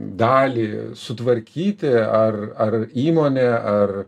dalį sutvarkyti ar ar įmonė ar